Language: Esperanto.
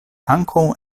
ankaŭ